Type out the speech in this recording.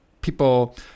people